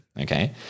okay